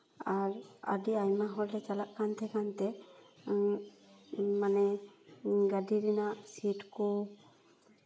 ᱟᱨ ᱟᱹᱰᱤ ᱟᱭᱢᱟ ᱦᱚᱲᱞᱮ ᱪᱟᱞᱟᱜ ᱠᱟᱱ ᱛᱟᱦᱮᱸ ᱠᱟᱱᱛᱮ ᱢᱟᱱᱮ ᱜᱟᱹᱰᱤ ᱨᱮᱱᱟᱜ ᱥᱤᱴ ᱠᱚ